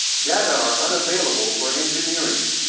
data are unavailable for engineering.